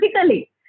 physically